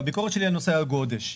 בחזון